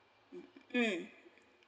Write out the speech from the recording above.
mm